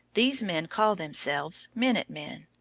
these men called themselves minute-men,